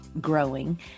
growing